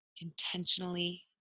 intentionally